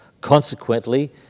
Consequently